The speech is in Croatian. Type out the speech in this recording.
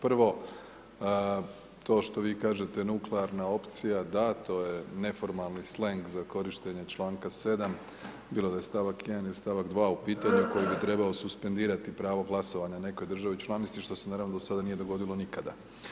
Prvo, to što vi kažete nuklearna opcija, da to je neformalni sleng za korištenje članka 7., bilo da je stavak 1. ili stavak 2. u pitanju koji bi trebao suspendirati pravo glasova na nekoj državi članici što se naravno do sada nije dogodilo nikada.